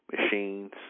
machines